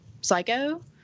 Psycho